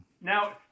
Now